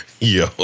yo